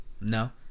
No